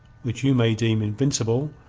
which you may deem invincible,